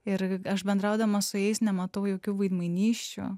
ir aš bendraudama su jais nematau jokių veidmainysčių